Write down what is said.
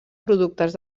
productes